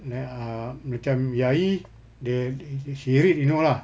then uh macam nyai dia she can read she know lah